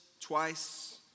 twice